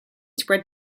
spread